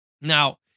Now